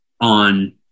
on